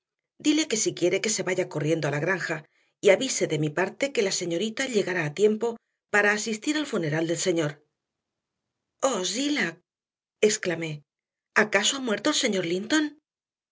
dile que si quiere que se vaya corriendo a la granja y avise de mi parte que la señorita llegará a tiempo para asistir al funeral del señor oh zillah exclamé acaso ha muerto el señor linton